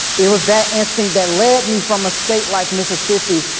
it was that instinct that led me from a state like mississippi,